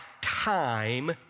time